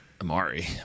Amari